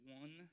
one